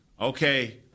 Okay